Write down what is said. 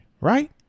right